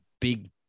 big